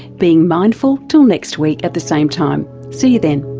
being mindful till next week at the same time. see you then